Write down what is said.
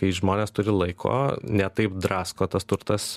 kai žmonės turi laiko ne taip drasko tas turtas